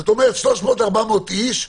זאת אומרת, 400-300 איש,